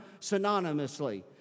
synonymously